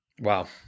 Wow